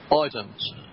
items